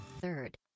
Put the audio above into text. Third